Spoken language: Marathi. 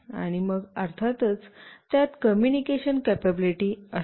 आणि मग अर्थातच यात कम्युनिकेशन कपॅबिलिटी असेल